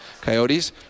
Coyotes